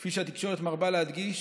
כפי שהתקשורת מרבה להדגיש,